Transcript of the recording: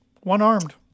One-armed